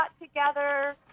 together